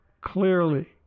clearly